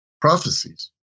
prophecies